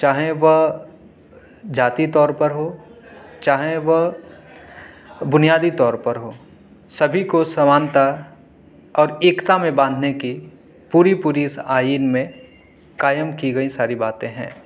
چاہیں وہ ذاتی طور پر ہو چاہیں وہ بنیادی طور پر ہو سبھی کو سمانتا اور ایکتا میں باندھنے کی پوری پوری اس آئین میں قائم کی گئی ساری باتیں ہیں